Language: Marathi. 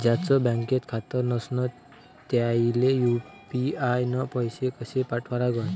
ज्याचं बँकेत खातं नसणं त्याईले यू.पी.आय न पैसे कसे पाठवा लागन?